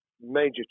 major